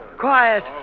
Quiet